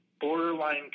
borderline